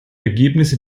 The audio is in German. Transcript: ergebnisse